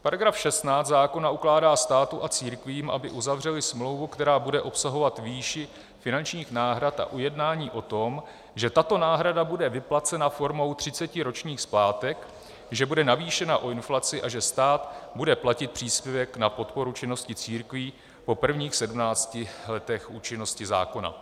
Paragraf 16 zákona ukládá státu a církvím, aby uzavřely smlouvu, která bude obsahovat výši finančních náhrad a ujednání o tom, že tato náhrada bude vyplacena formou třiceti ročních splátek, že bude navýšena o inflaci a že stát bude platit příspěvek na podporu činnosti církví po prvních 17 letech účinnosti zákona.